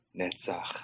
Netzach